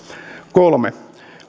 kolme